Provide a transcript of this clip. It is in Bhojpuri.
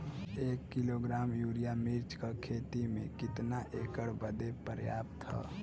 एक किलोग्राम यूरिया मिर्च क खेती में कितना एकड़ बदे पर्याप्त ह?